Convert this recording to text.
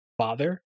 father